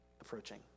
approaching